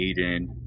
Aiden –